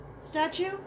statue